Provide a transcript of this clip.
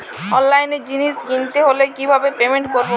অনলাইনে জিনিস কিনতে হলে কিভাবে পেমেন্ট করবো?